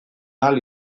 ahal